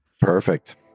Perfect